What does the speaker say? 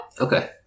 Okay